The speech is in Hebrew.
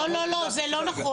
לא, לא, לא, זה לא נכון.